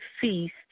feast